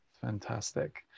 Fantastic